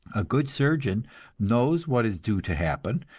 a good surgeon knows what is due to happen,